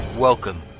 Welcome